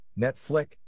Netflix